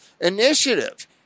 initiative